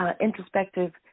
introspective